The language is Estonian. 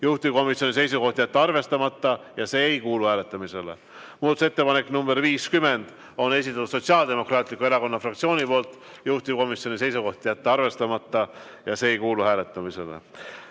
juhtivkomisjoni seisukoht on jätta arvestamata ja see ei kuulu hääletamisele. Muudatusettepaneku nr 50 on esitanud Sotsiaaldemokraatliku Erakonna fraktsioon, juhtivkomisjoni seisukoht on jätta arvestamata ja see ei kuulu hääletamisele.